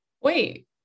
Wait